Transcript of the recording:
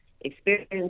experience